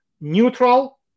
neutral